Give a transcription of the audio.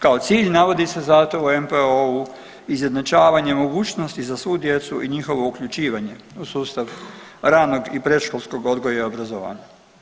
Kao cilj navodi se zato u NPOO-u izjednačavanje mogućnosti za svu djecu i njihovo uključivanje u sustav ranog i predškolskog odgoja i obrazovanja.